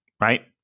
right